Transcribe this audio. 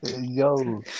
Yo